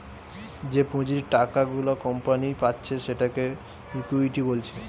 যে পুঁজির টাকা গুলা কোম্পানি পাচ্ছে সেটাকে ইকুইটি বলছে